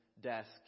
desk